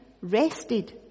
rested